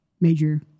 major